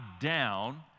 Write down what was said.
down